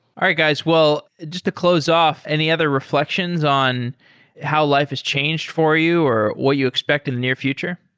all right, guys. well, just to close off, any other reflections on how life has changed for you or what you expect in the near future?